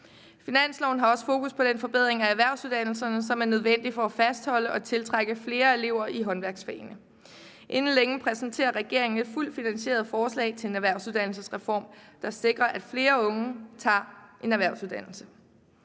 Finansloven har også fokus på den forbedring af erhvervsuddannelserne, som er nødvendig for at fastholde og tiltrække flere elever i håndværksfagene. Inden længe præsenterer regeringen et fuldt finansieret forslag til en erhvervsuddannelsesreform, der sikrer, at flere unge tager en erhvervsuddannelse.